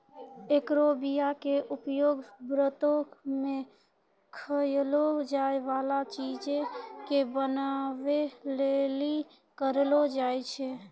एकरो बीया के उपयोग व्रतो मे खयलो जाय बाला चीजो के बनाबै लेली करलो जाय छै